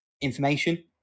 information